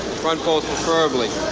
front poles, preferably.